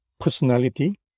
personality